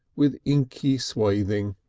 with inky swathings.